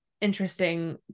interesting